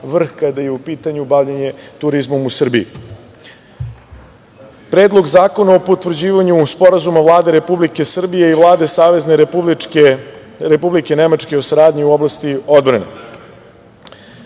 vrh kada je u pitanju bavljenje turizmom u Srbiji. Predlog zakona o potvrđivanju Sporazuma Vlade Republike Srbije i Vlade Savezne Republike Nemačke o saradnji u oblasti odbrane